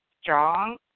strong